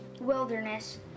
wilderness